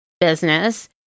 business